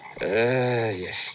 Yes